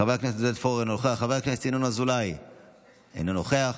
חבר הכנסת יאסר חוג'יראת, אינו נוכח,